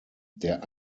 der